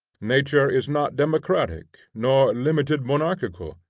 nature is not democratic, nor limited-monarchical,